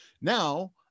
Now